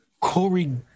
Corey